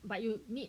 but you need